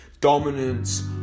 dominance